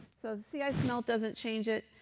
so the sea ice melt doesn't change it,